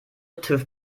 tüv